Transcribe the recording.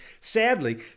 sadly